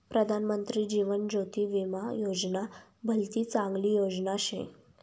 प्रधानमंत्री जीवन ज्योती विमा योजना भलती चांगली योजना शे